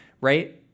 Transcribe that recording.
right